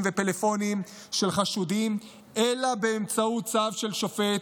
ופלאפונים של חשודים אלא באמצעות צו של שופט,